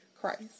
Christ